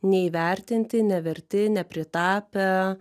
neįvertinti neverti nepritapę